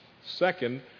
Second